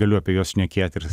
galiu apie juos šnekėt ir